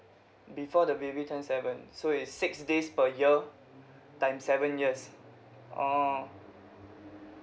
before the baby turn seven so is six days per year time seven years orh